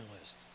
list